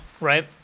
Right